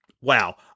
Wow